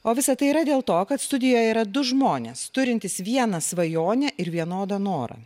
o visa tai yra dėl to kad studijoje yra du žmonės turintys vieną svajonę ir vienodą norą